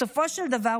בסופו של דבר,